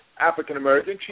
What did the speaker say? African-American